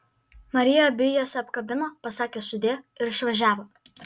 marija abi jas apkabino pasakė sudie ir išvažiavo